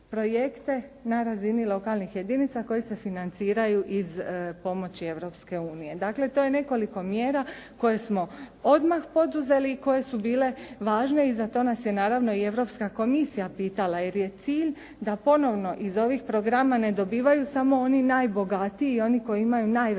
na razini lokalnih jedinica koje se financiraju iz pomoći Europske unije. Dakle, to je nekoliko mjera koje smo odmah poduzeli i koje su bile važne i za to nas je naravno i Europska komisija pitala, jer je cilj da ponovno iz ovih programa ne dobivaju samo oni najbogatiji i oni koji imaju najveće